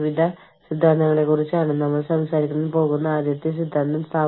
അതിനാൽ ഏറ്റക്കുറച്ചിലുകൾ നിയന്ത്രിക്കുന്നത് വളരെ ബുദ്ധിമുട്ടാണ്